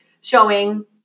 showing